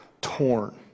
torn